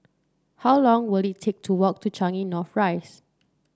how long will it take to walk to Changi North Rise